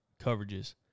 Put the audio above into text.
coverages